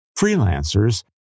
freelancers